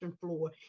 floor